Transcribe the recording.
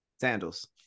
Sandals